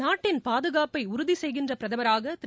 நாட்டின் பாதுகாப்பை உறுதி செய்கின்ற பிரதமராக திரு